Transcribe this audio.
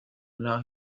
allow